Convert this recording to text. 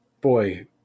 boy